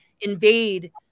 invade